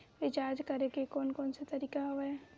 Recharge करे के कोन कोन से तरीका हवय?